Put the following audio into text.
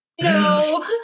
no